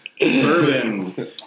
Bourbon